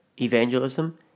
evangelism